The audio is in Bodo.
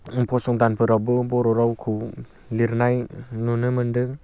फसंथानफोरावबो बर' रावखौ लिरनाय नुनो मोन्दों